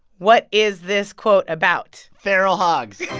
what is this quote about? feral hogs yeah